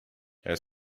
elles